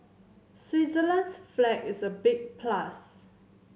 Switzerland's flag is a big plus